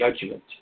judgment